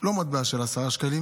לא מטבע של עשרה שקלים